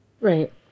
Right